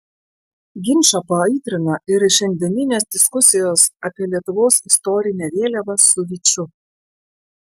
ginčą paaitrina ir šiandieninės diskusijos apie lietuvos istorinę vėliavą su vyčiu